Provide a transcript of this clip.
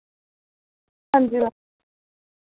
हांजी मैम